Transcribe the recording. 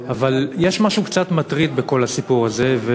אבל יש משהו קצת מטריד בכל הסיפור הזה.